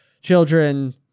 children